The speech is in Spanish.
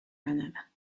granada